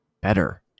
better